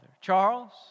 Charles